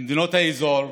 למדינות האזור.